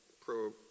pro